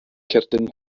cerdyn